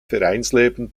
vereinsleben